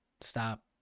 stop